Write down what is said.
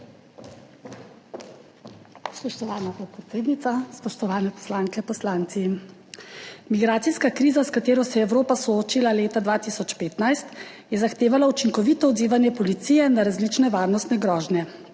Spoštovana podpredsednica, spoštovani poslanke, poslanci! Migracijska kriza, s katero se je Evropa soočila leta 2015, je zahtevala učinkovito odzivanje policije na različne varnostne grožnje.